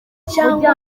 cyangwa